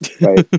Right